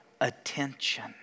attention